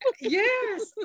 yes